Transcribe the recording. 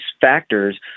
factors